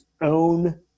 own